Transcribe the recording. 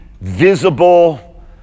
visible